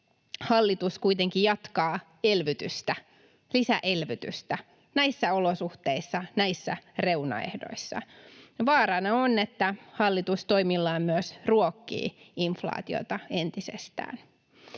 hallitus kuitenkin jatkaa elvytystä, lisäelvytystä, näissä olosuhteissa, näissä reunaehdoissa. Vaarana on, että hallitus toimillaan myös ruokkii inflaatiota entisestään.